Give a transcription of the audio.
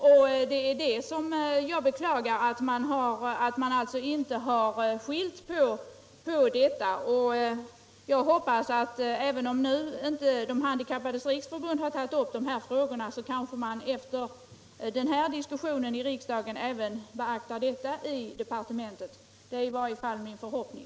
Det är det jag beklagar — att man i utskottet inte har uppmärksammat detta. Men även om De handikappades riksförbund inte har tagit upp dessa frågor, kanske man ändå efter den här diskussionen i riksdagen beaktar dem i departementet. Det är i varje fall min förhoppning.